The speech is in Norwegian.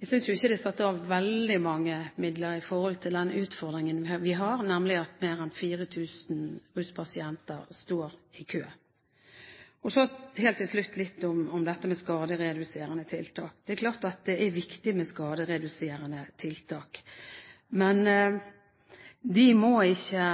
jeg synes jo ikke det er satt av veldig mange midler i forhold til den utfordringen vi har, nemlig at mer enn 4 000 ruspasienter står i kø. Så helt til slutt litt om dette med skadereduserende tiltak. Det er klart at det er viktig med skadereduserende tiltak, men de må ikke